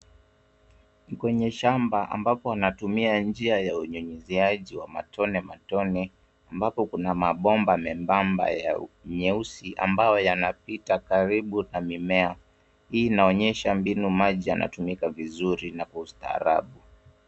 Ni kwenye shamba ambapo wanatumia njia ya unyunyiziaji wa matone matone, ambapo kuna mabomba membamba nyeusi, ambao yanapita karibu na mimea. Hii inaonyesha mbinu maji yanatumika vizuri na kwa ustaarabu.